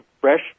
fresh